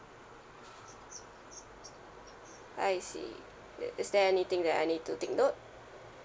I see is is there anything that I need to take note